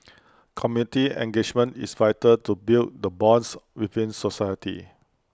committee engagement is vital to build the bonds within society